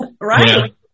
Right